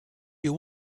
you